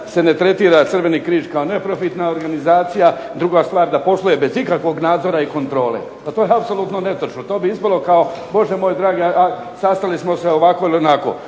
se ne tretira Crveni križ kao neprofitna organizacija, druga stvar da posluje bez ikakvog nadzora i kontrole. Pa to je apsolutno netočno. To bi ispalo kao Bože moj dragi a sastali smo se ovako ili onako,